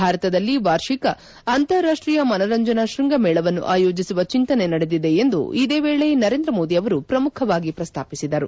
ಭಾರತದಲ್ಲಿ ವಾರ್ಷಿಕ ಅಂತಾರಾಷ್ಷೀಯ ಮನರಂಜನಾ ಶೃಂಗಮೇಳವನ್ನು ಆಯೋಜಿಸುವ ಚಿಂತನೆ ನಡೆದಿದೆ ಎಂದು ಇದೇ ವೇಳೆ ನರೇಂದ್ರ ಮೋದಿ ಅವರು ಪ್ರಮುಖವಾಗಿ ಪ್ರಸ್ತಾಪಿಸಿದರು